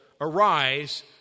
arise